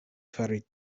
fari